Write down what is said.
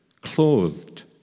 clothed